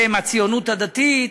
שהם הציונות הדתית,